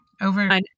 over